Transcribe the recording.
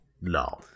no